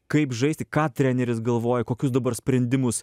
kaip žaisti ką treneris galvoja kokius dabar sprendimus